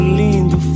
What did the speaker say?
lindo